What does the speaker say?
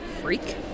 freak